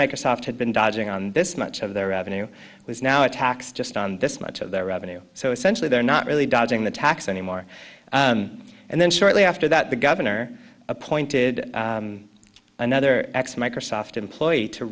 microsoft had been dodging on this much of their revenue was now a tax just on this much of their revenue so essentially they're not really dodging the tax anymore and then shortly after that the governor appointed another ex microsoft employee to